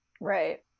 Right